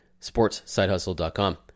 SportsSideHustle.com